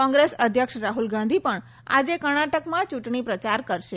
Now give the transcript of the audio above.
કોંગ્રેસ અધ્યક્ષ રાહુલ ગાંધી પણ આજે કર્ણાટકમાં ચુંટણી પ્રચાર કરશે